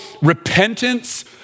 repentance